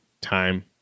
time